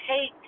take